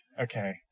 Okay